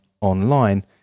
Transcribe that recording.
online